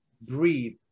breathe